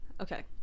Okay